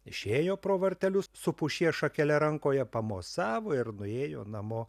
išėjo pro vartelius su pušies šakele rankoje pamosavo ir nuėjo namo